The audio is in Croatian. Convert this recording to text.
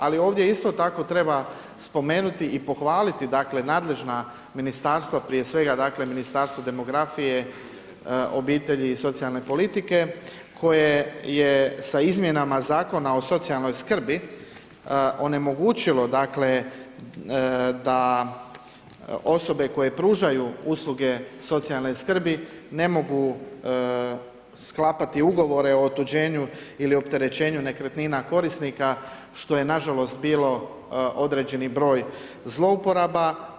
Ali ovdje isto tako treba spomenuti i pohvaliti nadležna ministarstva, prije svega Ministarstvo demografije, obitelji i socijalne politike koje je sa izmjenama Zakona o socijalnoj skrbi onemogućilo da osobe koje pružaju usluge socijalne skrbi ne mogu sklapati ugovore o otuđenju ili opterećenju nekretnina korisnika, što je nažalost bilo određeni broj zlouporaba.